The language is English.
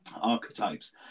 archetypes